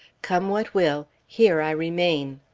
come what will, here i remain.